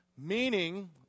Meaning